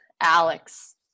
Alex